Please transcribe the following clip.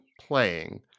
playing